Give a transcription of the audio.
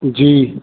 जी